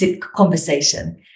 conversation